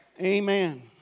Amen